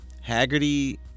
Haggerty